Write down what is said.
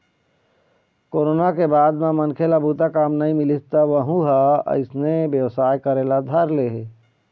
corona के बाद म मनखे ल काम बूता नइ मिलिस त वहूँ ह अइसने बेवसाय करे ल धर ले हे